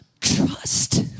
Trust